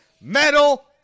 medal